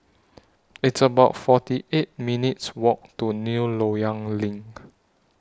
It's about forty eight minutes' Walk to New Loyang LINK